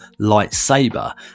lightsaber